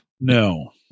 No